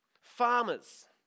farmers